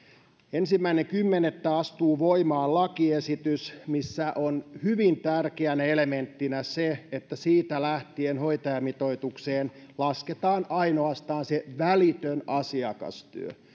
ensimmäinen kymmenettä astuu voimaan lakiesitys missä on hyvin tärkeänä elementtinä se että siitä lähtien hoitajamitoitukseen lasketaan ainoastaan se välitön asiakastyö